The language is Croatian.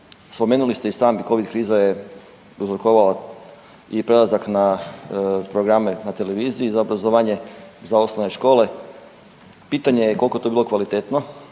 Spomenuli ste i sami Covid kriza je prouzrokovala i prelazak na programe na televiziji za obrazovanje za osnovne škole, pitanje je koliko je to bilo kvalitetno